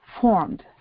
formed